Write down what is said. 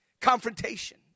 Confrontation